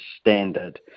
standard